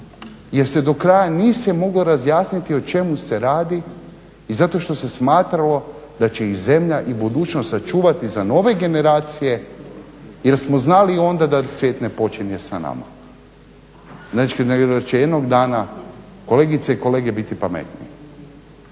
jer se do kraja, nije se moglo razjasniti o čemu se radi i zato što se smatralo da će ih zemlja i budućnost sačuvati za nove generacije jer smo znali onda da svijet ne počinje sa nama nego a će jednog dana, kolegice i kolege biti pametniji.